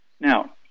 Now